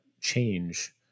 change